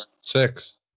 Six